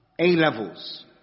A-levels